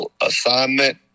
assignment